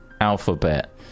alphabet